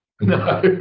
No